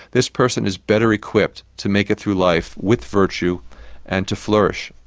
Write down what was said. this person is better equipped to make it through life with virtue and to flourish.